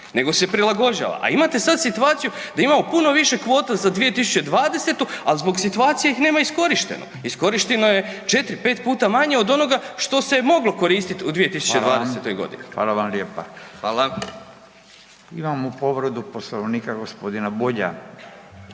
nego se prilagođava. A imate sad situaciju da imamo puno više kvota za 2020. ali zbog situacije ih nema iskorištenog, iskorišteno je 4, 5 puta manje od onoga što se je moglo koristit u 2020. godini. **Radin, Furio (Nezavisni)** Hvala